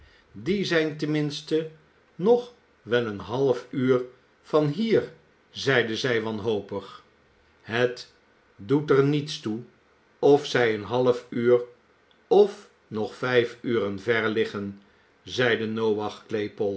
die zijn ten minste nog wel een half uur van hier zeide zij wanhopig het doet er niets toe of zij een half uur of nog vijf uren ver liggen zeide noach